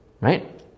right